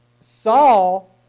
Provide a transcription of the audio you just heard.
Saul